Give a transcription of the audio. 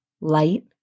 light